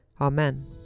amen